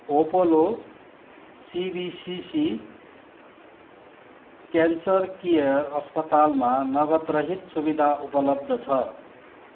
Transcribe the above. Apollo CBCC cancer care अस्पतालमा नगदरहित सुविधा उपलब्ध छ